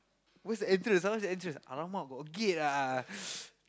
where's the entrance !huh! where's the entrance !alamak! got gate ah